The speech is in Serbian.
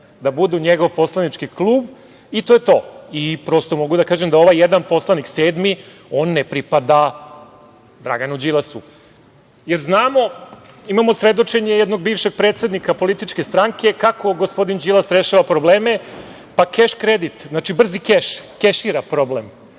da budu njegov poslanički klub? Prosto, mogu da kažem da ovaj jedan poslanik, sedmi, on ne pripada Draganu Đilasu. Jer, znamo, imamo svedočenje jednog bivšeg predsednika političke stranke kako gospodin Đilas rešava probleme. Pa, keš kredit. Znači, brzi keš, kešira problem.